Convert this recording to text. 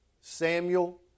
Samuel